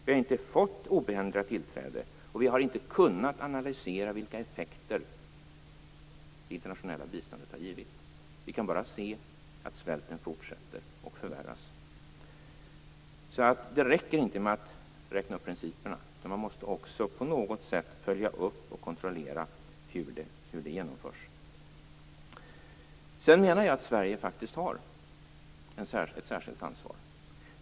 Vi har inte fått obehindrat tillträde, och vi har inte kunnat analysera vilka effekter det internationella biståndet har haft. Vi kan bara se att svälten fortsätter och förvärras. Så det räcker inte att räkna upp principerna, utan man måste också på något sätt följa upp och kontrollera hur saker genomförs. Sverige har faktiskt ett särskilt ansvar.